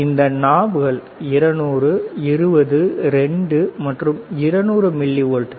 இந்த நாப்கள் 200 20 2 மற்றும் 200 மில்லிவோல்ட்கள்